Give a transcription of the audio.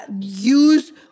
Use